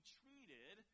treated